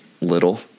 little